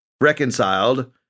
reconciled